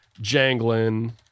jangling